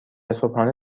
صبحانه